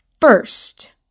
first